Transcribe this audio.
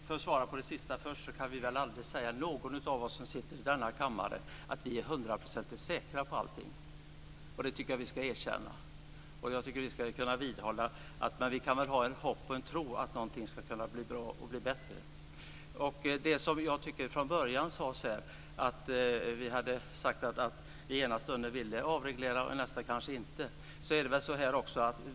Fru talman! Jag tar det sista först. Ingen av oss i denna kammare kan väl säga sig vara hundraprocentigt säker på allting. Det tycker jag att vi ska kunna erkänna och vidhålla. Men vi kan väl ha hopp och tro om att något ska kunna bli bra och även bättre. Det sades här att vi sagt att vi ena stunden ville avreglera och i nästa kanske inte ville göra det.